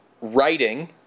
writing